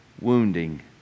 wounding